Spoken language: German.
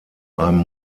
einem